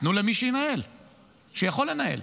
תנו למי שיכול לנהל,